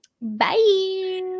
Bye